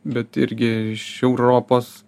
bet irgi iš europos